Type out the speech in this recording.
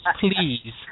Please